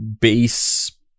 base